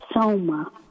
soma